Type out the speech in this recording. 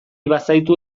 bazaitu